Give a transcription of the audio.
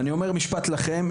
ואני אומר משפט לכן,